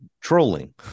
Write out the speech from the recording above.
trolling